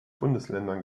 bundesländern